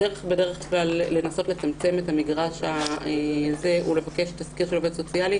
הדרך בדרך כלל לנסות לצמצם את המגרש הזה היא לבקש תסקיר של עובד סוציאלי